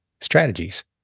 strategies